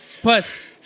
Plus